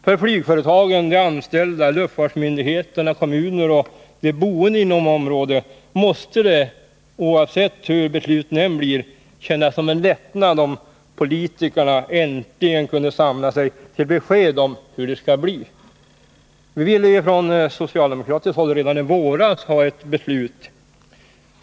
För flygföretagen, de anställda, luftfartsmyndigheterna, kommuner och de boende inom området måste det, oavsett hur besluten blir, kännas som en lättnad om politikerna äntligen kunde samla sig till ett besked om hur det skall bli. Vi ville från socialdemokratiskt håll redan i våras ha ett beslut.